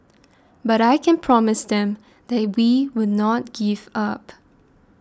but I can promise them that we will not give up